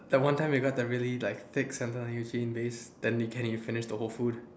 that one time we got that really like thick finish the whole food